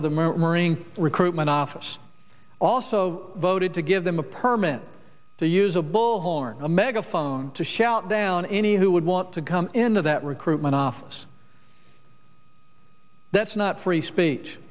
murmuring recruitment office also voted to give them a permit to use a bullhorn a megaphone to shell out down any who would want to come into that recruitment office that's not free speech